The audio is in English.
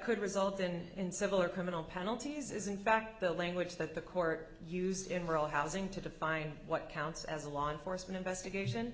could result in in civil or criminal penalties is in fact the language that the court used in rural housing to define what counts as a law enforcement investigation